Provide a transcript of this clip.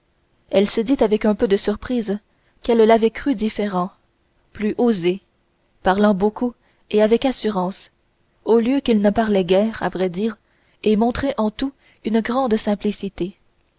elle se dit avec un peu de surprise qu'elle l'avait cru différent plus osé parlant beaucoup et avec assurance au lieu qu'il ne parlait guère à vrai dire et montrait en tout une grande simplicité